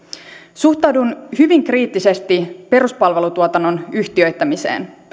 suhtaudun hyvin kriittisesti peruspalvelutuotannon yhtiöittämiseen